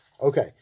Okay